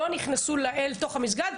לא נכנסו אל תוך המסגד.